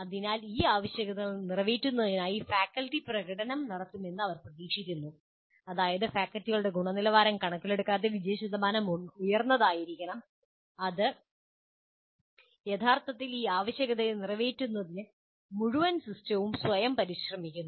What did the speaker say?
അതിനാൽ ഈ ആവശ്യകതകൾ നിറവേറ്റുന്നതിനായി ഫാക്കൽറ്റി പ്രകടനം നടത്തുമെന്ന് അവർ പ്രതീക്ഷിക്കുന്നു അതായത് വിദ്യാർത്ഥികളുടെ ഗുണനിലവാരം കണക്കിലെടുക്കാതെ വിജയശതമാനം ഉയർന്നതായിരിക്കണം ഇത് യഥാർത്ഥത്തിൽ ഈ ആവശ്യകത നിറവേറ്റുന്നതിന് മുഴുവൻ സിസ്റ്റവും സ്വയം പരിശ്രമിക്കുന്നു